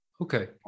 Okay